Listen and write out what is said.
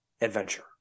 adventure